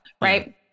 Right